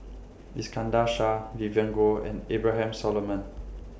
Iskandar Shah Vivien Goh and Abraham Solomon